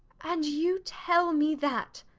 and you tell me that!